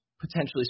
potentially